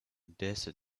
desert